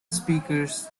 speakers